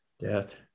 death